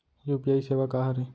UPI सेवा का हरे?